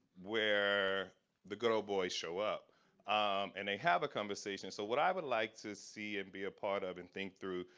where the good ol' boys show up and they have a conversation. so, what i would like to see see and be a part of and think through,